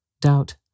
doubt